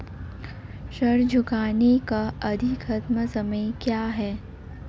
ऋण चुकाने का अधिकतम समय क्या है?